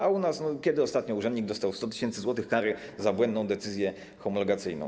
A u nas kiedy ostatnio urzędnik dostał 100 tys. zł kary za błędną decyzję homologacyjną?